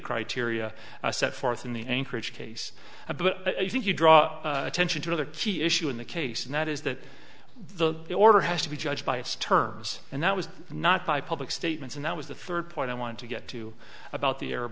criteria set forth in the anchorage case a but i think you draw attention to the key issue in the case and that is that the order has to be judged by its terms and that was not by public statements and that was the third point i wanted to get to about the a